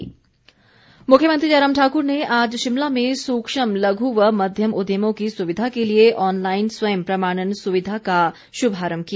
मुख्यमंत्री मुख्यमंत्री जयराम ठाकुर ने आज शिमला में सूक्ष्म लघु व मध्यम उद्यमों की सुविधा के लिए ऑनलाइन स्वयं प्रमाणन सुविधा का श्भारंभ किया